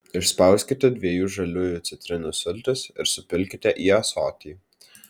išspauskite dviejų žaliųjų citrinų sultis ir supilkite į ąsotį